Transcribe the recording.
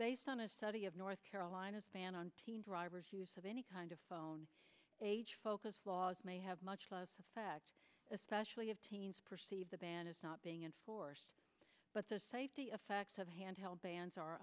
based on a study of north carolina's ban on teen drivers use of any kind of phone age focus laws may have much less effect especially if teens perceive the ban as not being enforced but the safety of facts have hand held bans are